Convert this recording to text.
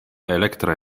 elektra